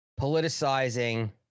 politicizing